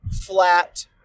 flat